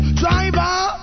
driver